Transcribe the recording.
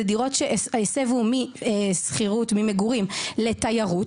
שאלו דירות שהסבו מדירות למגורים בשכירות לדירות תיירות